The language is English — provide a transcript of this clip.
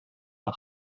are